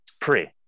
Pre